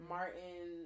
Martin